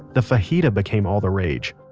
the fajita became all the rage.